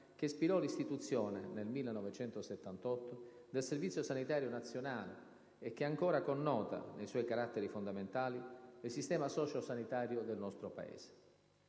che ispirò l'istituzione, nel 1978, del Servizio sanitario nazionale e che ancora connota, nei suoi caratteri fondamentali, il sistema socio-sanitario del nostro Paese.